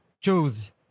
choose